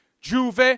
Juve